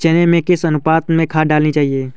चने में किस अनुपात में खाद डालनी चाहिए?